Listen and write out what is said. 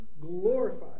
glorified